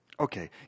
Okay